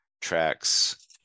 tracks